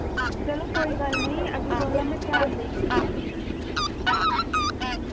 चलो कोई गल्ल नेईं अग्गे कोला मैं ध्यान देगी